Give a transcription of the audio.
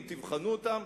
אם תבחנו אותם,